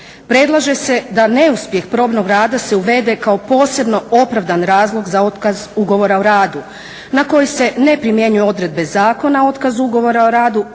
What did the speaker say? Predlaže se da neuspjeh probnog rada se uvede kao posebno opravdan razlog za otkaz ugovora o radu na koji se ne primjenjuju odredbe Zakona o otkazu ugovora o radu